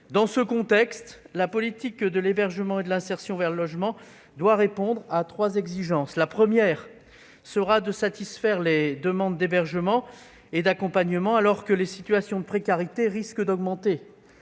Dans ce contexte, la politique de l'hébergement et de l'insertion vers le logement doit répondre à trois exigences. La première sera de satisfaire les demandes d'hébergement et d'accompagnement de nos concitoyens, qui risquent d'être